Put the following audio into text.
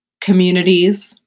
communities